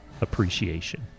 appreciation